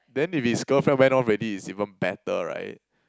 then if his girlfriend went off already it's even better right